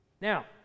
Now